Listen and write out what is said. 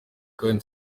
kandi